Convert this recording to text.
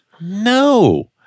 No